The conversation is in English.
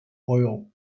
oil